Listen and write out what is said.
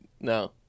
No